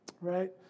right